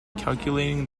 calculating